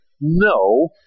no